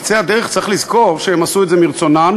בקצה הדרך צריך לזכור שהן עשו את זה מרצונן,